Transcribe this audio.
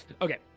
Okay